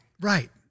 Right